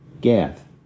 Gath